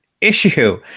issue